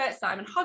Simon